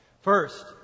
First